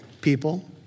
people